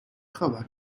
خبره